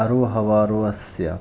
आरोहावरोहस्य